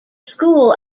school